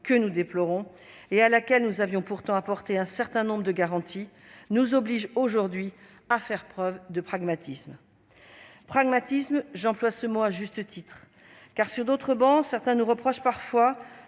que nous déplorons- nous avions pourtant apporté à ce texte un certain nombre de garanties -, nous oblige aujourd'hui à faire preuve de pragmatisme. « Pragmatisme »: j'emploie ce mot à juste titre. Sur d'autres travées, certains nous reprochent parfois